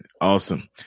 Awesome